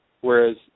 Whereas